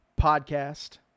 podcast